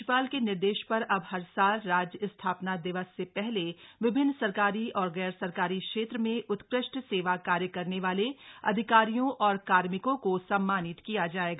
राज्यपाल के निर्देश पर अब हर साल राज्य स्थापना दिवस से पहले विभिन्न सरकारी और ग्रण सरकारी क्षेत्र में उत्कृष्ट सेवा कार्य करने वाले अधिकारियों और कार्मिकों को सम्मानित किया जायेगा